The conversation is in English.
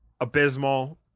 abysmal